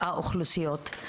האוכלוסיות.